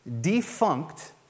defunct